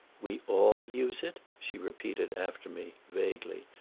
we all use it? she repeated after me, vaguely,